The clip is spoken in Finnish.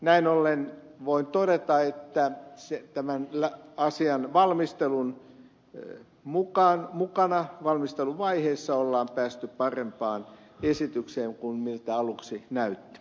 näin ollen voin todeta että tämän asian valmisteluun tein mukaan mutta ne valmisteluvaiheissa on päästy parempaan esitykseen kuin miltä aluksi näytti